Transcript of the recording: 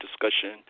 discussion